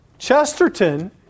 Chesterton